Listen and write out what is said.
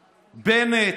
בנט,